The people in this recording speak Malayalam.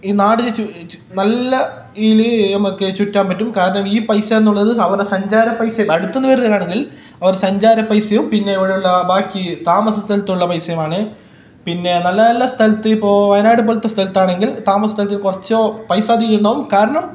ഈ നാട് ചു ചു നല്ല ഇതിൽ നമുക്ക് ചുറ്റാൻ പറ്റും കാരണം ഈ പൈസാന്നുള്ളത് അവനെ സഞ്ചാര പൈസ അടുത്തൂന്നു വരുകയാണെങ്കിൽ അവരെ സഞ്ചാര പൈസയും പിന്നെയുള്ള ബാക്കി താമസ സലത്തുള്ള പൈസയുമാണ് പിന്നെ നല്ല നല്ല സ്ഥലത്ത് ഇപ്പോൾ വയനാട് പോലത്തെ സ്ഥലത്താണെങ്കിൽ താമസ സ്ഥലത്ത് കുറച്ച് പൈസ അധികമുണ്ടാവും കാരണം